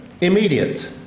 immediate